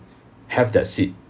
have that seat